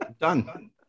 done